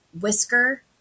whisker